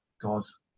God's